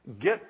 get